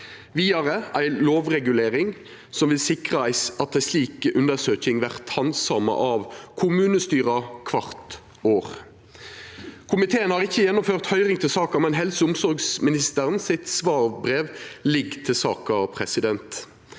vidare om ei lovregulering som vil sikra at ei slik undersøking vert handsama av kommunestyra kvart år. Komiteen har ikkje gjennomført høyring i saka, men helse- og omsorgsministerens svarbrev ligg ved saka. Komiteen